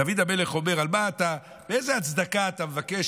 דוד המלך אומר: איזו הצדקה אתה מבקש,